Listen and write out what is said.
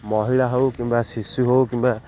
ମହିଳା ହଉ କିମ୍ବା ଶିଶୁ ହଉ କିମ୍ବା